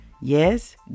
Yes